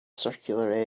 circular